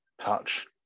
touch